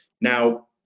Now